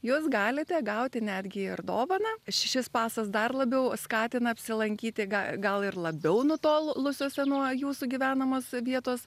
jūs galite gauti netgi ir dovaną šis pasas dar labiau skatina apsilankyti gal gal ir labiau nutolusiose nuo jūsų gyvenamos vietos